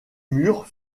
murs